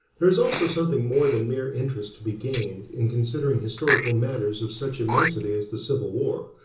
there is also something more than mere interest to be gained, in considering historical matters of such immensity as the civil war,